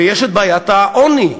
ויש בעיית העוני,